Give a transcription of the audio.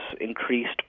increased